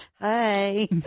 Hey